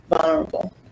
vulnerable